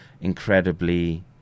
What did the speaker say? incredibly